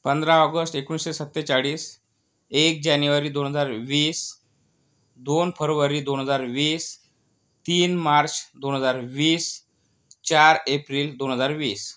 पंधरा ऑगस्ट एकोणीसशे सत्तेचाळीस एक जानेवारी दोन हजार वीस दोन फरवरी दोन हजार वीस तीन मार्च दोन हजार वीस चार एप्रिल दोन हजार वीस